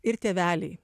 ir tėveliai